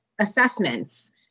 assessments